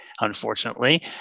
unfortunately